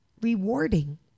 rewarding